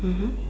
mmhmm